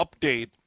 update